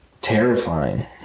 terrifying